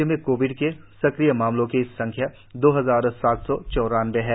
राज्य में कोविड के सक्रिय मामलों की संख्या दो हजार सात सौ चौरानबे हैं